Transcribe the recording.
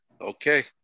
Okay